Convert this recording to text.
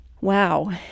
Wow